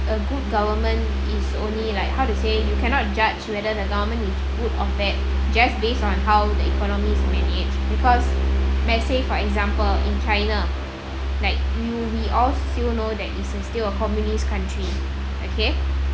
a good government is only like how to say you cannot judge whether the government is good or bad just based on how the economy is managed because let's say for example in china like you we all still know that is a still a communist country okay